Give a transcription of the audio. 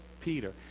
Peter